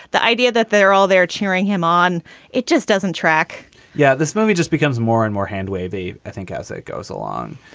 the idea that they're all there cheering him on it just doesn't track yeah. this movie just becomes more and more handwave i think as it goes along,